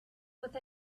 with